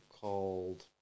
called